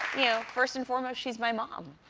you know, first and foremost, she's my mom,